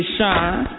Shine